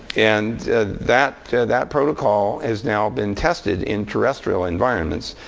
and that that protocol has now been tested in terrestrial environments.